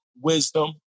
wisdom